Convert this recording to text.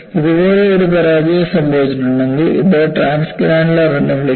ഇതുപോലെ ഒരു പരാജയം സംഭവിച്ചിട്ടുണ്ടെങ്കിൽ ഇത് ട്രാൻസ്ഗ്രാനുലർ എന്ന് വിളിക്കുന്നു